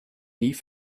nie